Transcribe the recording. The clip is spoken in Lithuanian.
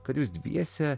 kad jūs dviese